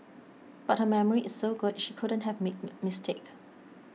but her memory is so good she couldn't have made me mistake